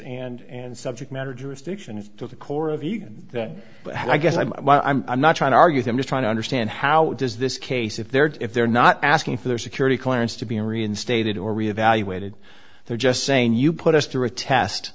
and subject matter jurisdiction to the core of you that i guess i'm i'm i'm i'm not trying to argue they're just trying to understand how does this case if they're if they're not asking for their security clearance to be reinstated or reevaluated they're just saying you put us through a test